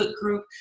group